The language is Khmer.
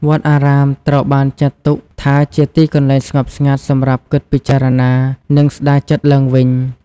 វត្តអារាមត្រូវបានចាត់ទុកថាជាទីកន្លែងស្ងប់ស្ងាត់សម្រាប់គិតពិចារណា និងស្ដារចិត្តឡើងវិញ។